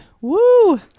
woo